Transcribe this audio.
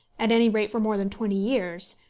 at any rate for more than twenty years,